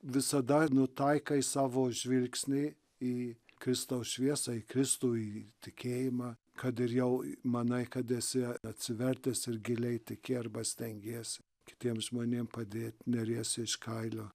visada nutaikai savo žvilgsnį į kristaus šviesą į kristų į tikėjimą kad ir jau manai kad esi atsivertęs ir giliai tiki arba stengies kitiem žmonėm padėt neriesi iš kailio